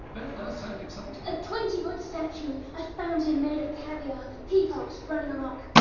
that does sound exciting. a twenty foot statue! a fountain made of caviar! peacocks running amok!